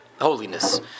holiness